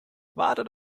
wartet